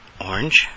orange